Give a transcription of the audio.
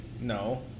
No